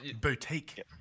Boutique